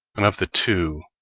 and of the two,